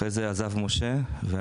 אחרי זה משה עזב,